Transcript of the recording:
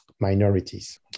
minorities